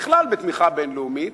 בכלל, בתמיכה בין-לאומית,